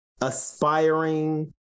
aspiring